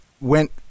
went